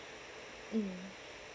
mm